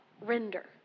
render